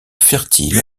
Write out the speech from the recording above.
fertile